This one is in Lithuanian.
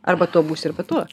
arba tuo būsi arba tuo